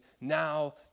Now